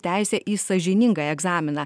teisę į sąžiningą egzaminą